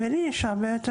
ולי יש הרבה יותר